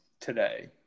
today